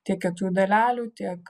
tiek kietųjų dalelių tiek